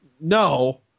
no